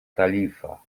kalifa